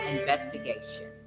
Investigation